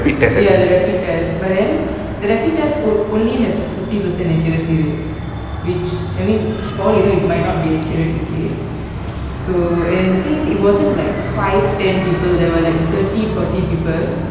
ya the rapid test but then the rapid test o~ only has fifty percent accuracy rate which I mean for all you know it might not be accurate you see so and the thing is it wasn't like five ten people there were like thirty forty people